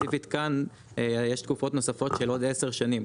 ספציפית כאן יש תקופות נוספות של עוד 10 שנים,